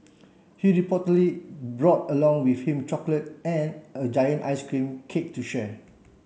he reportedly brought along with him chocolate and a giant ice cream cake to share